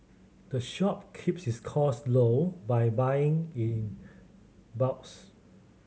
the shop keeps its cost low by buying in bulks